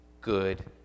good